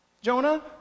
Jonah